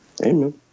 Amen